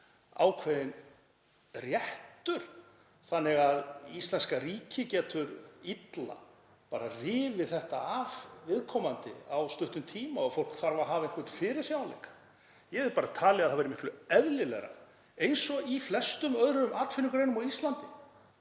ákveðinn réttur þannig að íslenska ríkið getur illa rifið þetta af viðkomandi á stuttum tíma og fólk þarf að hafa einhvern fyrirsjáanleika. Ég hefði talið að það væri miklu eðlilegra eins og í flestum öðrum atvinnugreinum á Íslandi